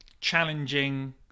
challenging